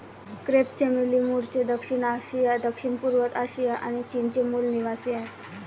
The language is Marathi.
क्रेप चमेली मूळचे दक्षिण आशिया, दक्षिणपूर्व आशिया आणि चीनचे मूल निवासीआहे